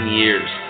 years